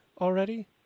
already